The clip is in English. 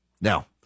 Now